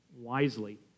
wisely